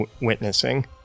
witnessing